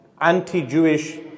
anti-Jewish